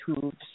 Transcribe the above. hooves